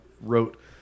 wrote